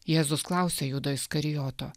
jėzus klausia judo iskarijoto